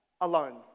alone